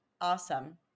Awesome